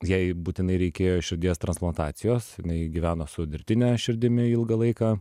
jai būtinai reikėjo širdies transplantacijos jinai gyveno su dirbtine širdimi ilgą laiką